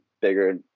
bigger